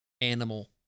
animal